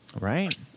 right